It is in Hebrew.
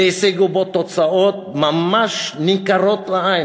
והשיגו בו תוצאות ממש ניכרות לעין.